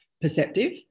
perceptive